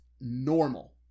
normal